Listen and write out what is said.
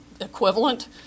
equivalent